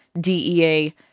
dea